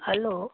hello